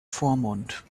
vormund